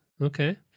okay